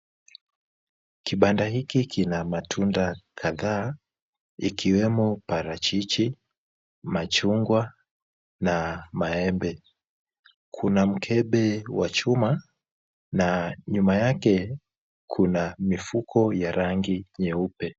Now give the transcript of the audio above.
Kibanda hiki kina matunda kadhaa ikiwemo parachichi, machungwa na maembe. Kuna mkebe wa chuma na nyuma yake kuna mifuko ya rangi nyeupe.